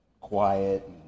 quiet